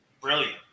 Brilliant